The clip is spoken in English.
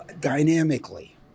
dynamically